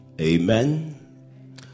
Amen